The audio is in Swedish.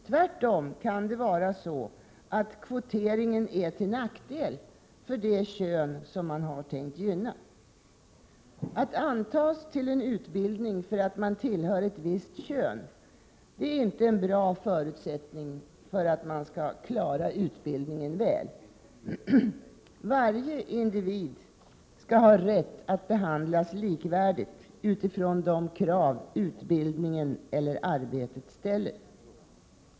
Det kan tvärtom vara så att kvotering är till nackdel för det kön man har tänkt gynna. Att man antas till en utbildning för att man tillhör ett visst kön är inte någon bra förutsättning för att man skall klara utbildningen väl. Varje individ skall ha rätt att behandlas likvärdigt utifrån de krav utbildningen eller arbetet ställer.